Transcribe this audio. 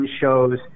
shows